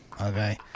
Okay